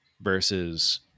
versus